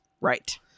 right